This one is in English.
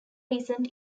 recent